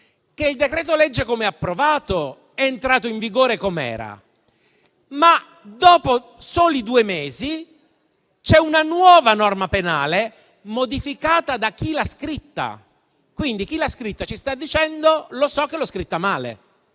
il decreto-legge, come approvato, è entrato in vigore così com'era; ma, dopo soli due mesi, c'è una nuova norma penale modificata da chi l'ha scritta. Quindi chi l'ha scritta ci sta dicendo: lo so che l'ho scritta male,